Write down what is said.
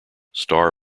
star